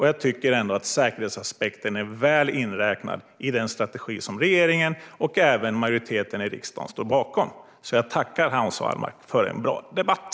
Jag tycker också att säkerhetsaspekten är väl inräknad i den strategi som regeringen och även majoriteten i riksdagen står bakom. Jag tackar Hans Wallmark för en bra debatt.